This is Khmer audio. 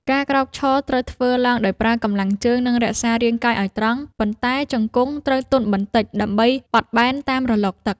ការក្រោកឈរត្រូវធ្វើឡើងដោយប្រើកម្លាំងជើង និងរក្សារាងកាយឱ្យត្រង់ ប៉ុន្តែជង្គង់ត្រូវទន់បន្តិចដើម្បីបត់បែនតាមរលកទឹក។